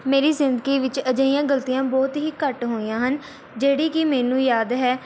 ਮੇਰੀ ਜ਼ਿੰਦਗੀ ਵਿੱਚ ਅਜਿਹੀਆਂ ਗਲਤੀਆਂ ਬਹੁਤ ਹੀ ਘੱਟ ਹੋਈਆਂ ਹਨ ਜਿਹੜੀ ਕਿ ਮੈਨੂੰ ਯਾਦ ਹੈ